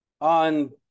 On